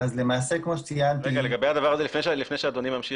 לפני שאדוני ממשיך,